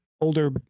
older